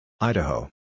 Idaho